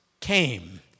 came